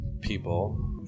people